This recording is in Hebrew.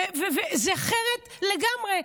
וזה אחרת לגמרי.